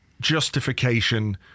justification